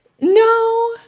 No